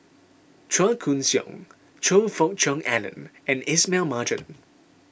Chua Koon Siong Choe Fook Cheong Alan and Ismail Marjan